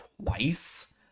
twice